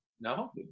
No